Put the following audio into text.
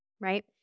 Right